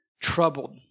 troubled